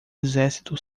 exército